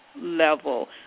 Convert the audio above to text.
level